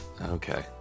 okay